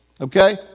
Okay